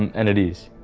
and and it is.